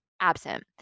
absent